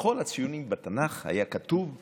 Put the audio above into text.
בכל הציונים בתנ"ך היה כתוב "לעלות"